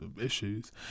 issues